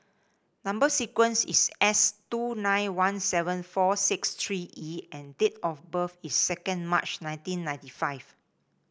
number sequence is S two nine one seven four six three E and date of birth is second March nineteen ninety five